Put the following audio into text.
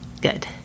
Good